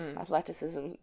athleticism